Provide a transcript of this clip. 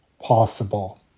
possible